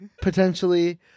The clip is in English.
potentially